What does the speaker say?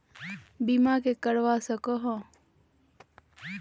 बीमा के करवा सको है?